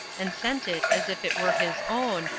and sent it as if it were his own,